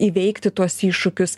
įveikti tuos iššūkius